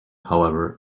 however